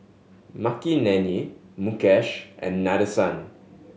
Makineni Mukesh and Nadesan